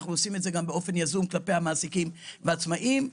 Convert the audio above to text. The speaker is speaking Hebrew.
אנחנו עושים את זה גם באופן יזום כלפי המעסיקים והעצמאים,